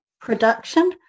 production